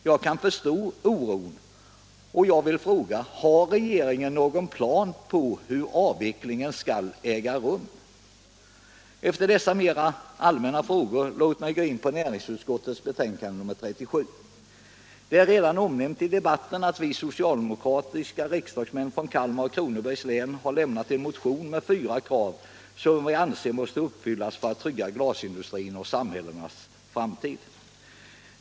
Jag kan förstå oron, och jag vill fråga: Har regeringen någon plan för hur avvecklingen skall äga rum? Låt mig efter dessa allmänna frågor gå in på näringsutskottets betänkande nr 37. Det är redan omnämnt i debatten att vi socialdemokratiska riksdagsmän från Kalmar och Kronobergs län har lämnat en motion med fyra krav, som vi anser måste uppfyllas för att trygga glasindustrin och samhällenas framtid.